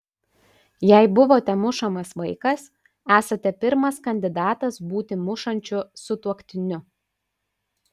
jei buvote mušamas vaikas esate pirmas kandidatas būti mušančiu sutuoktiniu